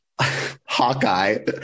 Hawkeye